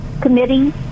Committee